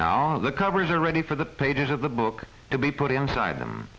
now the covers are ready for the pages of the book to be put inside them